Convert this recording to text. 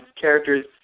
characters